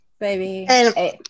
baby